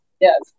Yes